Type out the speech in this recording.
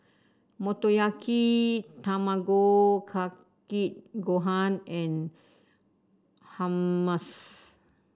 Motoyaki Tamago Kake Gohan and Hummus